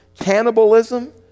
cannibalism